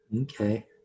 Okay